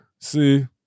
see